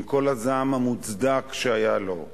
עם כל הזעם המוצדק שהיה לו,